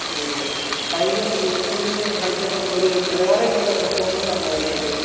കഴിഞ്ഞ ദിവസം ടൂർണമെൻറ്റിന് കളിച്ചപ്പോൾ ഒരു നിലവാരം ഇല്ലാത്ത പെർഫോമൻസാണല്ലോ കാഴ്ച വെച്ചത്